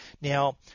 Now